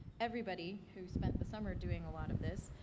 everybody who spent the summer doing a lot of this.